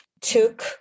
took